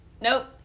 Nope